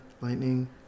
Lightning